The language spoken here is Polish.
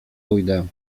pójdę